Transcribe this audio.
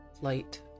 light